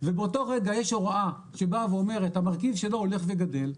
ובאותו רגע יש הוראה שאומרת המרכיב שלו הולך וגדל,